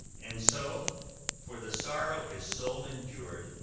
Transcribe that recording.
and so for the sorrow his soul endured,